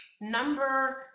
number